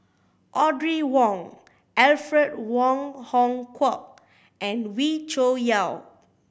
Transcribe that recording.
Audrey Wong Alfred Wong Hong Kwok and Wee Cho Yaw